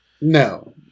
No